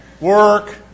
work